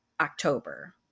October